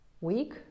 week